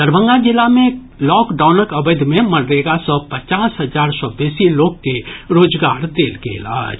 दरभंगा जिला मे लॉकडाउनक अवधि मे मनरेगा सँ पचास हजार सँ बेसी लोक के रोजगार देल गेल अछि